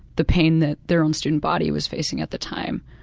the pain that their own student body was facing at the time,